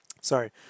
sorry